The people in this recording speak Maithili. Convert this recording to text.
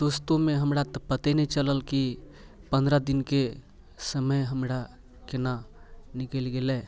दोस्तोमे हमरा पते नहि चलल कि पन्द्रह दिनके समय हमरा केना निकलि गेलै